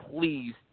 please